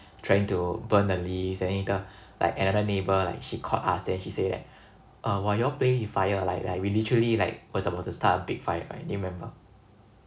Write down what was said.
trying to burn the leaves then later like another neighbour like she caught us then she say that uh !wah! you all playing with fire like like we literally like was about to start a big fire right do you remember